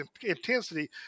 intensity